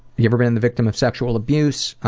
you ever been the victim of sexual abuse?